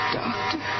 doctor